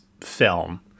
film